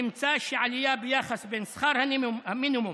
נמצא שלעלייה ביחס בין שכר המינימום